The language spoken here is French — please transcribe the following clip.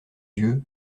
yeux